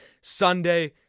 Sunday